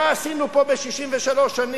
מה עשינו פה ב-63 שנים.